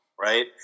Right